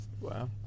Wow